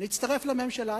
להצטרף לממשלה.